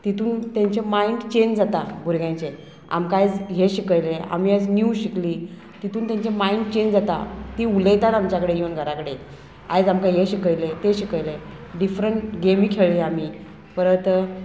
तितून तेंचें mind change जाता भुरग्यांचें आमकां आयज हें शिकयलें आमी आयज न्यू शिकलीं तितून तेंची मायंड चेंज जाता तीं उलयतात आमच्या कडेन येवन घरा कडेन आयज आमकां हें शिकयलें तें शिकयलें डिफरंट गेमी खेळ्ळी आमी परत